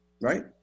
right